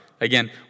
Again